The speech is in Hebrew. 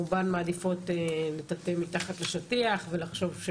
רובן מעדיפות לטאטא מתחת לשטיח ולחשוב..